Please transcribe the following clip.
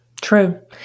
True